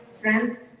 friends